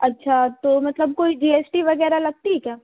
अच्छा तो मतलब कोई जी एस टी वगैरह लगती क्या